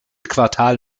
quartal